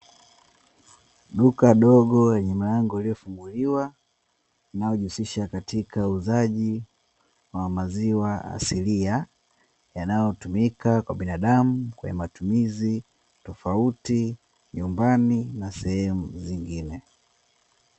Duka dogo lenye mlango uliofunguliwa, unayojihusisha katika uuzaji wa maziwa asilia, yanayotumika kwa binadamu kwa matumizi tofauti nyumbani na sehemu zingine.